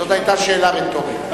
זו היתה שאלה רטורית.